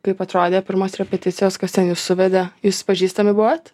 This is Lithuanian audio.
kaip atrodė pirmos repeticijos kas ten jus suvedė jūs pažįstami buvot